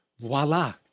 Voila